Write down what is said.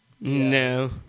No